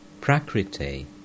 Prakriti